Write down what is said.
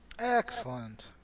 Excellent